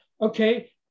Okay